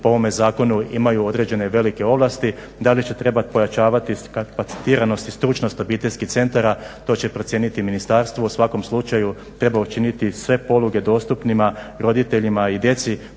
po ovome zakonu imaju određene velike ovlasti. Da li će trebat pojačavati kapacitiranost i stručnost obiteljskih centara to će procijeniti ministarstvo. U svakom slučaju treba učiniti sve poluge dostupnima roditeljima i djeci